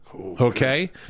Okay